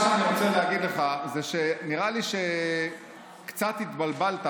מה שאני רוצה להגיד לך זה שנראה לי שקצת התבלבלת,